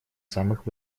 самых